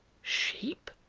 sheep?